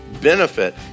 benefit